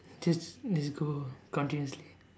just let's let's go continuously